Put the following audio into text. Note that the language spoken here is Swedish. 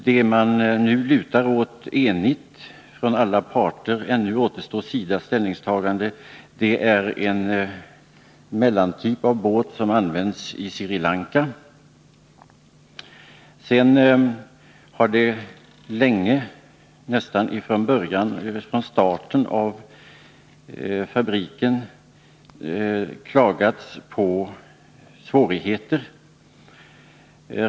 Det man nu enigt lutar åt — ännu återstår dock SIDA:s ställningstagande — är en båt av mellantyp som används i Sri Lanka. Man har emellertid redan från fabrikens start klagat över att det föreligger svårigheter.